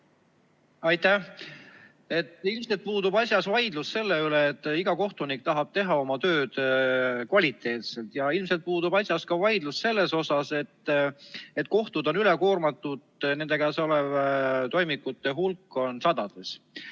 Aitäh! Ilmselt puudub asjas vaidlus selle üle, et iga kohtunik tahab teha oma tööd kvaliteetselt. Ja ilmselt puudub asjas vaidlus ka selle üle, et kohtud on üle koormatud, nende käes olevate toimikute hulk on sadades.